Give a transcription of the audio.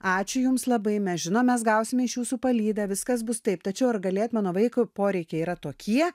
ačiū jums labai mes žinom mes gausime iš jūsų palydą viskas bus taip tačiau ar galėt mano vaiko poreikiai yra tokie